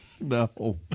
no